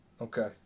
Okay